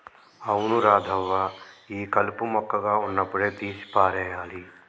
అవును రాధవ్వ ఈ కలుపు మొక్కగా ఉన్నప్పుడే తీసి పారేయాలి